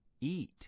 eat